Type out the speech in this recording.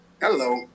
Hello